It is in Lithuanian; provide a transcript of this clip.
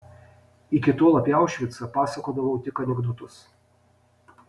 iki tol apie aušvicą pasakodavau tik anekdotus